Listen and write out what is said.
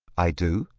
i do.